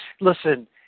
Listen